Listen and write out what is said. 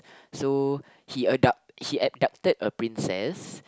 so he abduct he abducted a princess